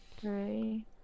Three